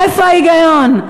איפה ההיגיון?